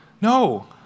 No